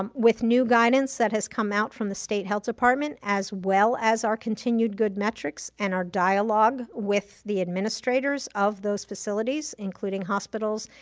um with new guidance that has come out from the state health department, as well as our continued good metrics and our dialogue with the administrators of those facilities, including hospitals,